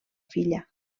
filla